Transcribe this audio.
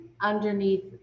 underneath